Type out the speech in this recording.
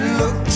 look